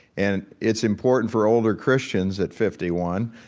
and it's important for older christians at fifty one,